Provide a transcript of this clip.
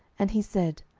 and he said,